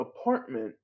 apartment